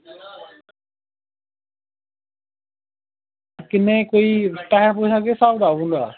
किन्ने कोई पैसें दा केह् स्हाब कताब होंदा